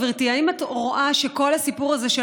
גברתי: האם את רואה שכל הסיפור הזה של